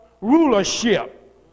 rulership